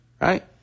Right